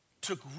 took